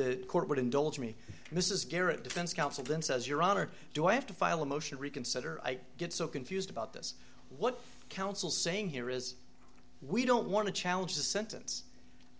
the court would indulge me this is garrett defense counsel then says your honor do i have to file a motion to reconsider i get so confused about this what counsel saying here is we don't want to challenge the sentence